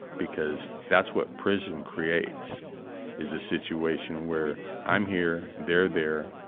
because that's what prison creates is a situation where i'm here, they're there,